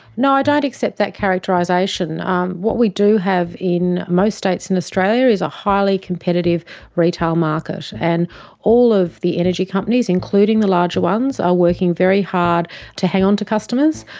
no, i don't accept that characterisation what we do have in most states in australia is a highly competitive retail market and all of the energy companies, including the larger ones, are working very hard to hang onto customers.